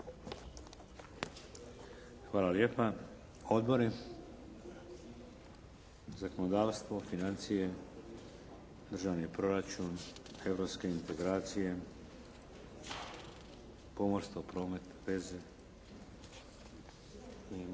Hvala lijepa. Odbori? Zakonodavstvo? Financije? Državni proračun, europske integracije, pomorstvo, promet, veze? Otvaram